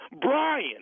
Brian